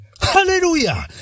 hallelujah